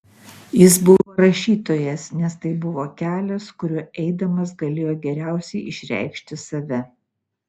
jis buvo rašytojas nes tai buvo kelias kuriuo eidamas galėjo geriausiai išreikšti save